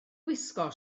gwisgo